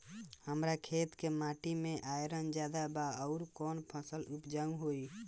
हमरा खेत के माटी मे आयरन जादे बा आउर कौन फसल उपजाऊ होइ?